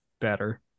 better